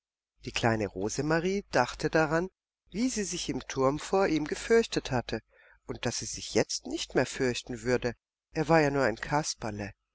die kleine rosemarie dachte daran wie sie im turm sich vor ihm gefürchtet hatte und daß sie sich jetzt nicht mehr fürchten würde er war ja nur ein kasperle